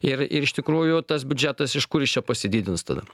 ir ir iš tikrųjų tas biudžetas iš kur jis čia pasididins tada